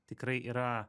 tikrai yra